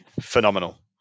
phenomenal